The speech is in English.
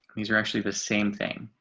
these are actually the same thing.